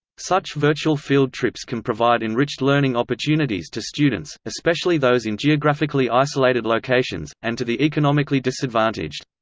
such virtual field trips can provide enriched learning opportunities to students, especially those in geographically isolated locations, and to the economically disadvantaged.